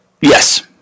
Yes